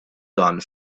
dan